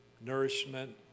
nourishment